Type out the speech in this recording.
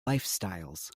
lifestyles